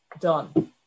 done